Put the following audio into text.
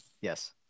yes